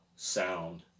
sound